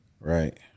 Right